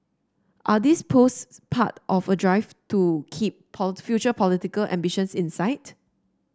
are these posts part of a drive to keep future political ambitions in sight